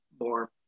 more